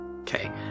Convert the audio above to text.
Okay